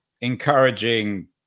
encouraging